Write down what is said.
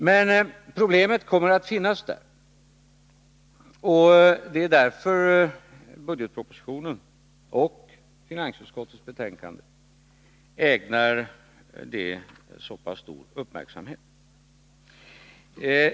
Men problemet kommer att finnas där, och det är därför budgetpropositionen och finansutskottets betänkande ägnar det så pass stor uppmärksamhet.